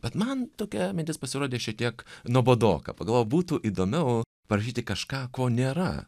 bet man tokia mintis pasirodė šie tiek nuobodoka pagalvojau būtų įdomiau parašyti kažką ko nėra